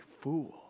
fool